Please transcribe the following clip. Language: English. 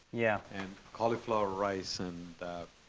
yeah and cauliflower rice and